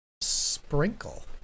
sprinkle